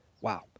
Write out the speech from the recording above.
Wow